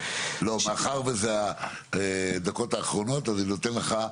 --- מאחר ואלה הדקות האחרונות אני נותן לך.